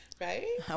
Right